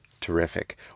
Terrific